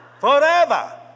Forever